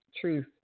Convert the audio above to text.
truth